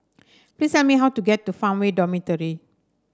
please tell me how to get to Farmway Dormitory